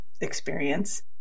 experience